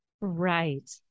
Right